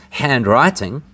handwriting